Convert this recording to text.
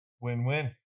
Win-win